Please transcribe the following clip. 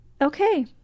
okay